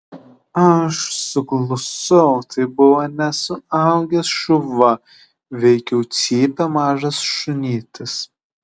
aš suklusau tai buvo ne suaugęs šuva veikiau cypė mažas šunytis